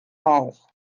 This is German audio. rauch